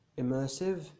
immersive